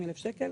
350,000 שקלים,